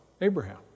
Abraham